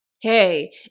hey